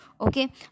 okay